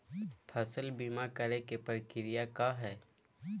फसल बीमा करे के प्रक्रिया का हई?